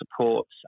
supports